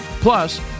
Plus